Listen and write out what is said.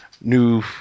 new